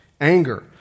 anger